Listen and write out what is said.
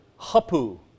hapu